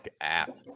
app